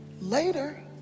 later